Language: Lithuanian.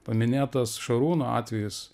paminėtas šarūno atvejis